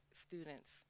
students